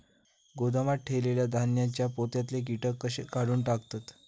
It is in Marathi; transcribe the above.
गोदामात ठेयलेल्या धान्यांच्या पोत्यातले कीटक कशे काढून टाकतत?